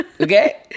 okay